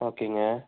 ஓகேங்க